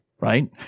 right